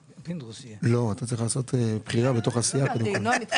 פתרונות שהיו יכולים לסייע למגזר החרדי הם למשל